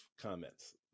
comments